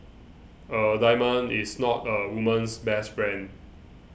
a diamond is not a woman's best friend